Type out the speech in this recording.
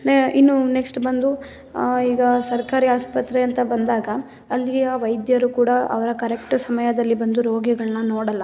ನ ಇನ್ನು ನೆಕ್ಸ್ಟ್ ಬಂದು ಈಗ ಸರ್ಕಾರಿ ಆಸ್ಪತ್ರೆ ಅಂತ ಬಂದಾಗ ಅಲ್ಲಿಯ ವೈದ್ಯರು ಕೂಡ ಅವರ ಕರೆಕ್ಟ್ ಸಮಯದಲ್ಲಿ ಬಂದು ರೋಗಿಗಳನ್ನ ನೋಡೋಲ್ಲ